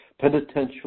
Penitential